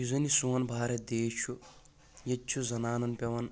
یُس زن یہِ سون بھارت دیش چھُ ییٚتہِ چھُ زنانن پیٚوان